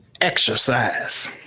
Exercise